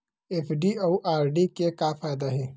FD अउ RD के का फायदा हे?